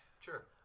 Sure